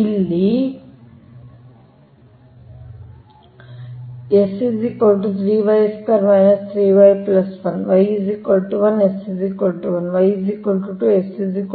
ಇಲ್ಲಿ S 3y ² 3y 1 y 1 S 1 y 2 S 1 6 7 y 3 S 1 6 12 19 y 4 S 1 6